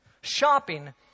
shopping